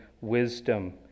wisdom